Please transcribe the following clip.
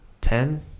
ten